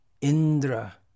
indra